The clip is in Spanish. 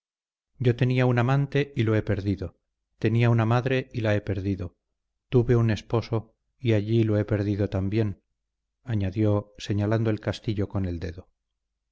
yo tenía un amante y lo he perdido tenía una madre y la he perdido tuve un esposo y allí lo he perdido también añadió señalando el castillo con el dedo